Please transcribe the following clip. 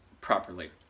properly